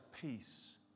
peace